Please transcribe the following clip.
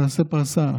תעשה פרסה,